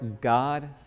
God